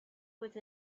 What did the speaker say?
with